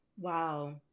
Wow